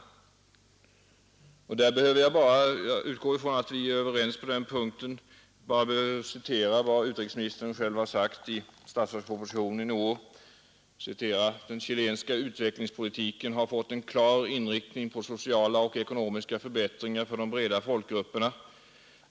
Jag utgår från att vi är överens om svaret på den punkten. Jag behöver bara citera vad utrikesministern säger på s. 52 i bilaga 5 till årets statsverksproposition: ”Den chilenska utvecklingspolitiken har fått en klar inriktning på sociala och ekonomiska förbättringar för de breda folkgrupperna.